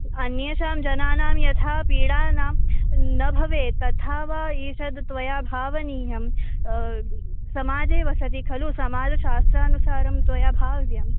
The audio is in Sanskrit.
अन्येषां जनानां यथा पीडा न न भवेत् तथा वा ईषद् त्वया भावनीयं समाजे वसति खलु समाजशास्त्रानुसारं त्वया भाव्यम्